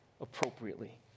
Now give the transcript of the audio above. appropriately